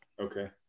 Okay